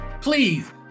please